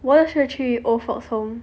我那时候去 old folks home